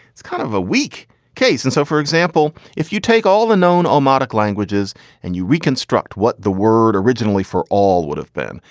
it's kind of a weak case. and so, for example, if you take all the known all madoc languages and you reconstruct what the word originally for all would have been,